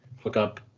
hookup